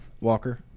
Walker